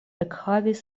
ekhavis